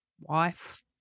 wife